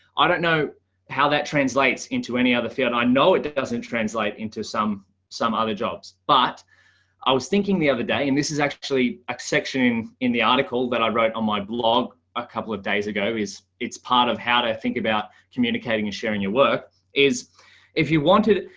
i don't know how that translates into any other field. i know it doesn't translate into some, some other jobs. but i was thinking the other day and this is actually a section in the article that i wrote on my blog a couple of days ago is it's part of how to think about communicating and sharing your work is if you wanted,